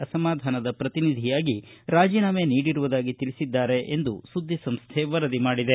ಅಸಮಾಧಾನದ ಪ್ರತಿನಿಧಿಯಾಗಿ ರಾಜೀನಾಮೆ ನೀಡಿರುವುದಾಗಿ ತಿಳಿಸಿದ್ದಾರೆ ಎಂದು ಸುದ್ದಿ ಸಂಸ್ಥೆ ವರದಿ ಮಾಡಿದೆ